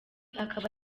akaba